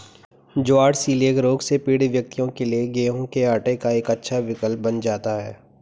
ज्वार coeliac रोग से पीड़ित व्यक्तियों के लिए गेहूं के आटे का एक अच्छा विकल्प बन जाता है